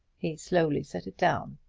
he slowly set it down.